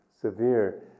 severe